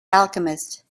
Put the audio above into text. alchemist